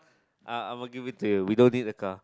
uh I'm a give it to you we don't need a car